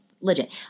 legit